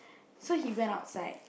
so he went outside